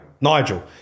Nigel